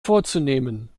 vorzunehmen